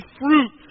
fruit